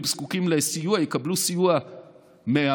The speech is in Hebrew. זקוקים לסיוע הם יקבלו סיוע מהמדינה,